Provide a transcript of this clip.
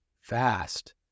fast